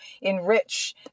enrich